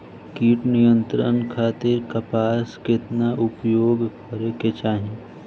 कीट नियंत्रण खातिर कपास केतना उपयोग करे के चाहीं?